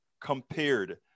compared